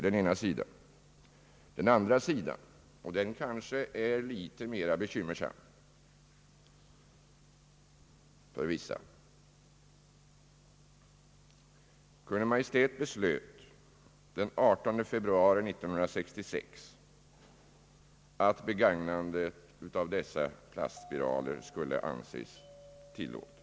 Den andra sidan av saken är kanske litet mera bekymmersam för vissa. Kungl. Maj:t beslöt den 18 februari 1966 att begagnandet av dessa plastspiraler skulle anses tillåtet.